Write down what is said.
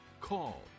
call